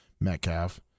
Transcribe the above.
Metcalf